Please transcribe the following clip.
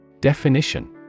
Definition